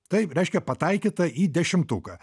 taip reiškia pataikyta į dešimtuką